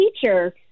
teacher